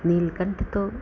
नीलकंठ तो